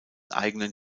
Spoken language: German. eigenen